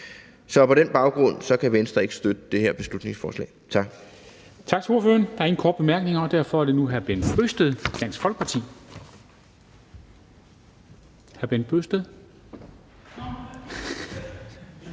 Så på den baggrund kan Venstre ikke støtte det her beslutningsforslag. Tak.